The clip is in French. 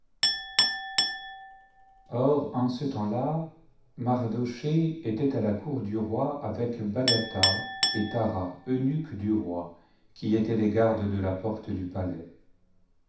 or en ce temps-là mardochée était à la cour du roi avec bagatha et thara eunuques du roi qui étaient les gardes de la porte du palais